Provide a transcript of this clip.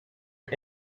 are